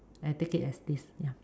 I take it as this ya